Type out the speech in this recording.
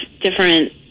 different